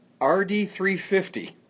RD350